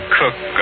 cook